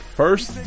first